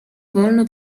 wolno